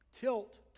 tilt